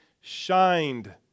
shined